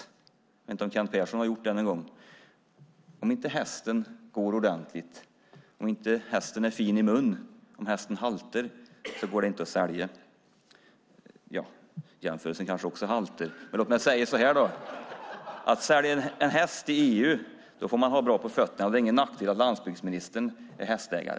Jag vet inte om Kent Persson har gjort det någon gång. Om hästen inte går ordentligt utan haltar och inte är fin i munnen går det inte att sälja den. Jämförelsen kanske också haltar. Men om man ska sälja en häst i EU får man ha bra på fötterna, och det är ingen nackdel att landsbygdsministern är hästägare.